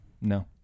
No